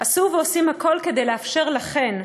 עשו ועושים הכול כדי לאפשר לכן,